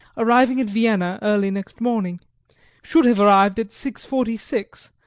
arriving at vienna early next morning should have arrived at six forty six,